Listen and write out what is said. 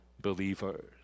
believers